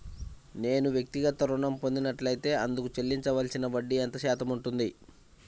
నేను వ్యక్తిగత ఋణం పొందినట్లైతే అందుకు చెల్లించవలసిన వడ్డీ ఎంత శాతం ఉంటుంది?